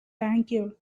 tangier